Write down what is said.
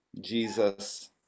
Jesus